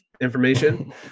information